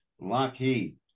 Lockheed